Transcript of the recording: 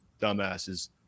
dumbasses